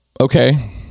okay